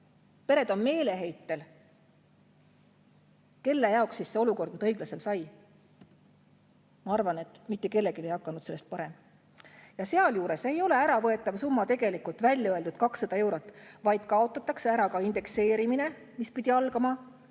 Pered on meeleheitel. Kelle jaoks siis see olukord nüüd õiglasem sai? Ma arvan, et mitte kellelgi ei hakanud sellest parem. Sealjuures ei ole äravõetav summa tegelikult välja öeldud 200 eurot, vaid kaotatakse ära ka indekseerimine, mis pidi algama